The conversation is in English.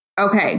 Okay